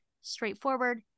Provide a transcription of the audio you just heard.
straightforward